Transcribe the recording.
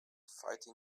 fighting